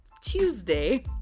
Tuesday